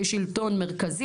כשלטון מרכזי,